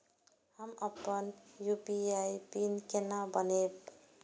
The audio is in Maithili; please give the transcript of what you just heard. हम अपन यू.पी.आई पिन केना बनैब?